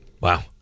Wow